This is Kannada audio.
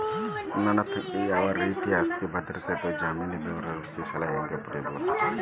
ನನ್ನ ತಂಗಿಗೆ ಯಾವ ರೇತಿಯ ಆಸ್ತಿಯ ಭದ್ರತೆ ಅಥವಾ ಜಾಮೇನ್ ಇಲ್ಲದಿದ್ದರ ಕೃಷಿ ಸಾಲಾ ಹ್ಯಾಂಗ್ ಪಡಿಬಹುದ್ರಿ?